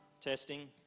testing